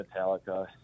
metallica